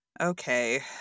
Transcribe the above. Okay